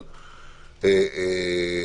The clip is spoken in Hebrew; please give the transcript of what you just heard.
חלילה,